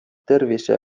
tervise